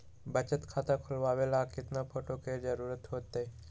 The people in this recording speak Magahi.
बचत खाता खोलबाबे ला केतना फोटो के जरूरत होतई?